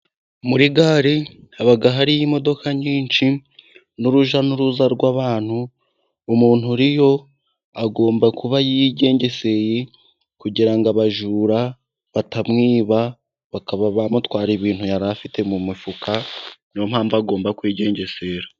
Muri gare haba hari imodoka nyinshi n' urujyanuruza rw' abantu, umuntu uriyo agomba kuba yigengeseye, kugira ngo abajura batamwiba bakaba bamutwara ibintu yari afite mu mufuka, niyo mpamvu agomba kwigengesera.